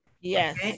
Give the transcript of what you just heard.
Yes